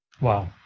Wow